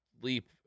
leap